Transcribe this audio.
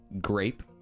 grape